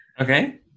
okay